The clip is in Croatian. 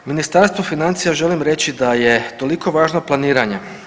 Ministarstvu financija želim reći da je toliko važno planiranje.